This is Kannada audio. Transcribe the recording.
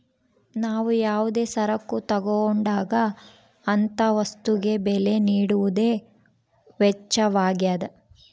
ನಾವು ಯಾವುದೇ ಸರಕು ತಗೊಂಡಾಗ ಅಂತ ವಸ್ತುಗೆ ಬೆಲೆ ನೀಡುವುದೇ ವೆಚ್ಚವಾಗ್ಯದ